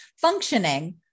functioning